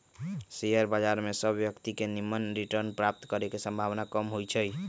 share बजार में सभ व्यक्तिय के निम्मन रिटर्न प्राप्त करे के संभावना कम होइ छइ